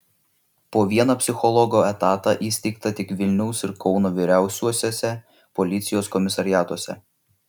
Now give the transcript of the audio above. po vieną psichologo etatą įsteigta tik vilniaus ir kauno vyriausiuosiuose policijos komisariatuose